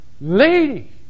lady